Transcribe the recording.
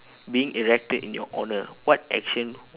being erected in your honour what action